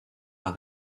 pas